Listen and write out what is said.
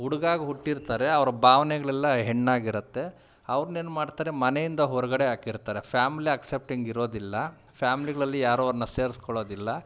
ಹುಡ್ಗ ಆಗಿ ಹುಟ್ಟಿರ್ತಾರೆ ಅವ್ರ ಭಾವನೆಗಳೆಲ್ಲ ಹೆಣ್ಣು ಆಗಿರುತ್ತೆ ಅವ್ರನ್ನ ಏನು ಮಾಡ್ತಾರೆ ಮನೆಯಿಂದ ಹೊರಗಡೆ ಹಾಕಿರ್ತಾರೆ ಫ್ಯಾಮ್ಲಿ ಆಕ್ಸೆಪ್ಟಿಂಗ್ ಇರೋದಿಲ್ಲ ಫ್ಯಾಮ್ಲಿಗಳಲ್ಲಿ ಯಾರೂ ಅವ್ರನ್ನ ಸೇರಿಸ್ಕೋಳೋದಿಲ್ಲ